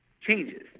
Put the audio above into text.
changes